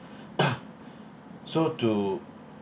so to